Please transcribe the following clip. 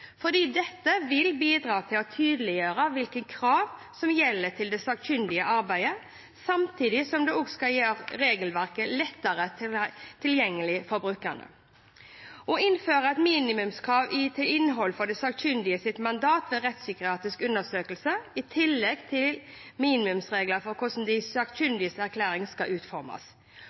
fordi dette vil bidra til å tydeliggjøre hvilke krav som gjelder for det sakkyndige arbeidet, samtidig som det også skal gjøre regelverket lettere tilgjengelig for brukerne. Det innføres et minimumskrav til innhold for de sakkyndiges mandat ved rettspsykiatrisk undersøkelse, i tillegg til minimumsregler for hvordan de sakkyndiges erklæring skal utformes.